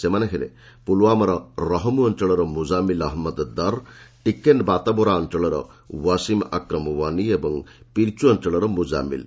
ସେମାନେ ହେଲେ ପୁଲଓ୍ୱାମାର ରହମୁ ଅଞ୍ଚଳର ମୁଜାମିଲ୍ ଅହମ୍ମଦ ଦର୍ ଟିକେନ୍ ବାତାବୋରା ଅଞ୍ଚଳର ଓ୍ୱାସିମ୍ ଆକ୍ରମ ଓ୍ୱାନି ଏବଂ ପିର୍ଚୁ ଅଞ୍ଚଳର ମୁଜାମିଲ୍